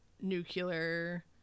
nuclear